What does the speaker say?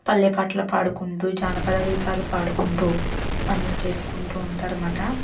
పల్లె పాటలు పాడుకుంటూ జానపద గీతాలు పాడుకుంటూ పనులు చేసుకుంటూ ఉంటారనమాట